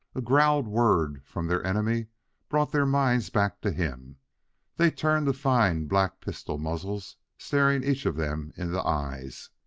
a growled word from their enemy brought their minds back to him they turned to find black pistol muzzles staring each of them in the eyes.